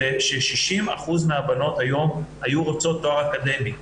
זה ש-60% מהבנות היום היו רוצות תואר אקדמי,